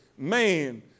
Man